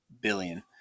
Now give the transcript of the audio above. billion